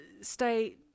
stay